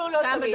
עליהם גם בדבר